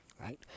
Right